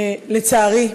לצערי,